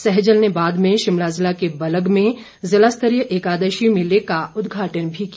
सैजल ने बाद में शिमला जिला के बलग में जिलास्तरीय एकादशी मेले का उद्घाटन भी किया